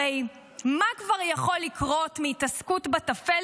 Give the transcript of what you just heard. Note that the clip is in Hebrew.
הרי מה כבר יכול לקרות מהתעסקות בטפל